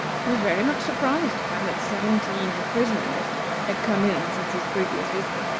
he was very much surprised to find that seventeen prisoners had come in since his previous visit,